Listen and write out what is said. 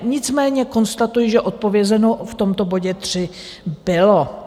Nicméně konstatuji, že odpovězeno v tomto bodě tři bylo.